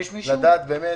אני רק רוצה לדעת שניגשו,